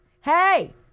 Hey